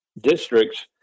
districts